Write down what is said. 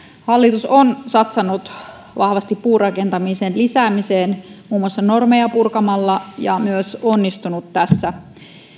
hallitus on satsannut vahvasti puurakentamisen lisäämiseen muun muassa normeja purkamalla ja myös onnistunut tässä